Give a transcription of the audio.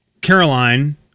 Caroline